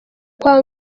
kwa